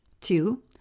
Two